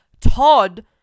Todd